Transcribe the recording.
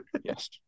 yes